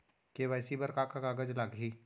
KYC बर का का कागज लागही?